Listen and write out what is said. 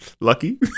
lucky